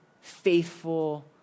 faithful